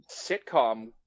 sitcom